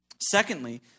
Secondly